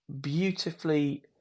beautifully